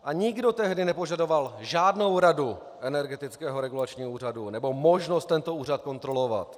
A nikdo tehdy nepožadoval žádnou radu Energetického regulačního úřadu nebo možnost tento úřad kontrolovat.